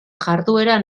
jarduera